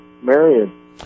Marion